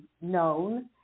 known